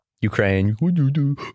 Ukraine